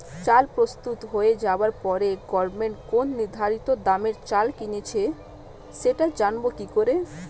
চাল প্রস্তুত হয়ে যাবার পরে গভমেন্ট কোন নির্ধারিত দামে চাল কিনে নিচ্ছে সেটা জানবো কি করে?